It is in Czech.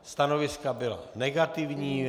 Stanoviska byla negativní.